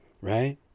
right